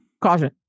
caution